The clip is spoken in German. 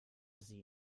sie